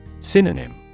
Synonym